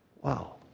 Wow